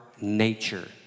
nature